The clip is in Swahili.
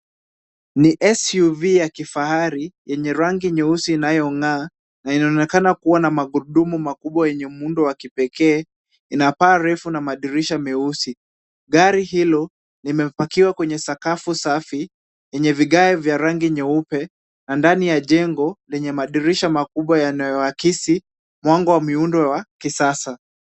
Ni SUV ya kifahari yenye rangi nyeusi inayong'aa na inaonekana kuwa na magurudumu makubwa yenye muundo wa kipekee, ina paa refu na madirisha meusi. Gari hilo limepakiwa kwenye sakafu safi yenye vigae vya rangi nyeupe na ndani ya jengo lenye madirisha makubwa yanayoakisi mwango wa muundo wa kisasa.